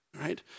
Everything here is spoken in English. right